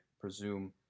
presume